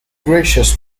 gracious